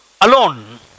alone